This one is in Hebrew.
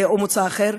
או מוצא אחר,